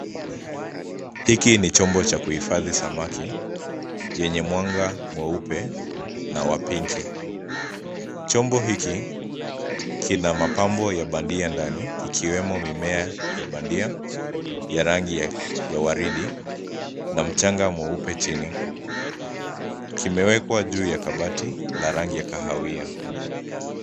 Hiki ni chombo cha kuhifadhi samaki yenye mwanga mweupe na wapinki. Chombo hiki kina mapambo ya bandia ndani ikiwemo mimea ya bandia ya rangi ya waridi na mchanga mweupe chini. Kimewekwa juu ya kabati la rangi ya kahawia.